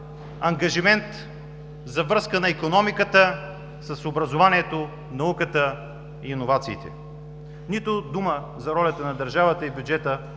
ангажимент за връзка на икономиката с образованието, науката и иновациите, нито дума за ролята на държавата и бюджета